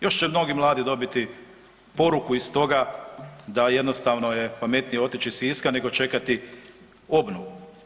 Još će mnogi mladi dobiti poruku iz toga da jednostavno je pametnije otići iz Siska nego čekati obnovu.